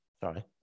Sorry